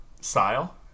style